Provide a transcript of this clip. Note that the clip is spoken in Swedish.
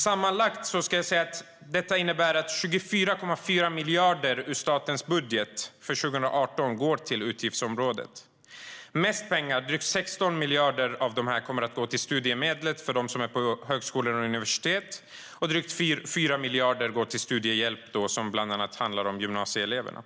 Sammanlagt innebär detta att 24,4 miljarder ur statens budget för 2018 går till utgiftsområdet. Mest pengar, drygt 16 miljarder, kommer att gå till studiemedel för dem som studerar vid högskolor och universitet. Drygt 4 miljarder kronor går till studiehjälp, som bland annat handlar om gymnasieeleverna.